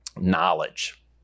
Knowledge